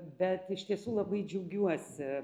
bet iš tiesų labai džiaugiuosi